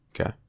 Okay